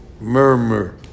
murmur